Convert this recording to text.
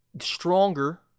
stronger